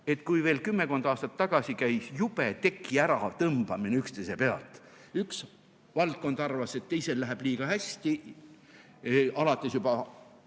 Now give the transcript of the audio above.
et kui veel kümmekond aastat tagasi käis jube teki ära tõmbamine üksteise pealt – üks valdkond arvas, et teisel läheb liiga hästi, alates